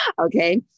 Okay